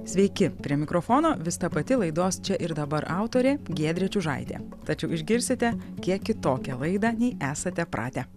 sveiki prie mikrofono vis ta pati laidos čia ir dabar autorė giedrė čiužaitė tačiau išgirsite kiek kitokią laidą nei esate pratę